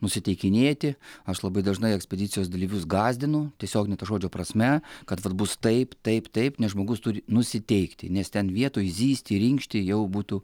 nusiteikinėti aš labai dažnai ekspedicijos dalyvius gąsdinu tiesiogine to žodžio prasme kad vat bus taip taip taip nes žmogus turi nusiteikti nes ten vietoj zyzti ir inkšti jau būtų